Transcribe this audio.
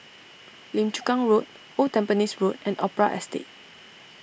Lim Chu Kang Road Old Tampines Road and Opera Estate